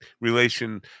relation